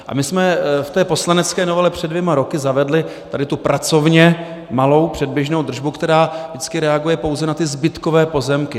A my jsme v té poslanecké novele před dvěma roky zavedli tady tu pracovně malou předběžnou držbu, která vždycky reaguje pouze na ty zbytkové pozemky.